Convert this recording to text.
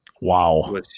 Wow